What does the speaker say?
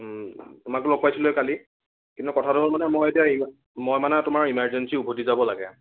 তোমাকতো লগ পাইছিলোঁৱেই কালি কিন্তু কথাটো হ'ল মানে মই এতিয়া মই মানে তোমাৰ ইমাৰ্জেঞ্চি উভতি যাব লাগে